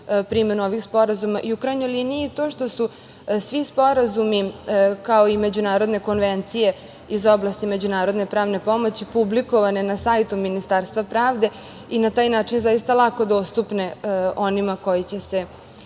primenu ovih sporazuma i u krajnjoj liniji, to što su svi sporazumi kao i međunarodne konvencije iz oblasti međunarodne pravne pomoći publikovane na sajtu Ministarstvu pravde i na taj način zaista lako dostupne onima koji će se